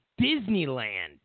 Disneyland